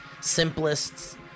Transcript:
simplest